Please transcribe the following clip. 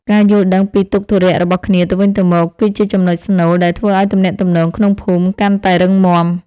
ការយល់ដឹងពីទុក្ខធុរៈរបស់គ្នាទៅវិញទៅមក គឺជាចំណុចស្នូលដែលធ្វើឱ្យទំនាក់ទំនងក្នុងភូមិកាន់តែរឹងមាំ។